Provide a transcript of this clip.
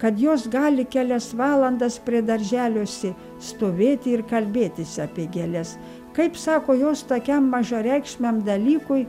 kad jos gali kelias valandas prie darželiuose stovėti ir kalbėtis apie gėles kaip sako jos tokiam mažareikšmiam dalykui